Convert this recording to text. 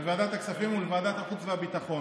לוועדת הכספים ולוועדת החוץ והביטחון.